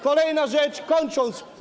Kolejna rzecz. Kończę.